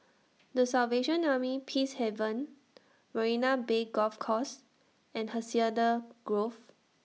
The Salvation Army Peacehaven Marina Bay Golf Course and Hacienda Grove